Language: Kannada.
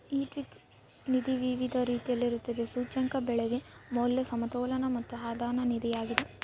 ಈಕ್ವಿಟಿ ನಿಧಿ ವಿವಿಧ ರೀತಿಯಲ್ಲಿರುತ್ತದೆ, ಸೂಚ್ಯಂಕ, ಬೆಳವಣಿಗೆ, ಮೌಲ್ಯ, ಸಮತೋಲನ ಮತ್ತು ಆಧಾಯದ ನಿಧಿಯಾಗಿದೆ